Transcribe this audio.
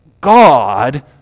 God